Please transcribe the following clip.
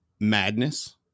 madness